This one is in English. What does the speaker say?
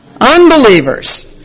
unbelievers